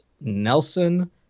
Nelson